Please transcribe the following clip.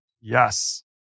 Yes